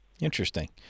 Interesting